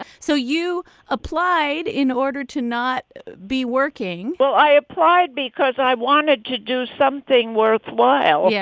so you applied in order to not be working? well, i applied because i wanted to do something worthwhile. yeah